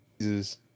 Jesus